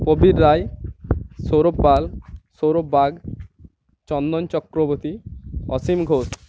Prabir Roy Sourav Pal Sourav Bag Chandan Chakraborty Asim Ghosh